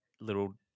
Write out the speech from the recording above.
little